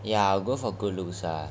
ya I would go for good looks